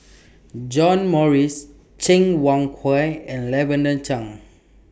John Morrice Cheng Wai Keung and Lavender Chang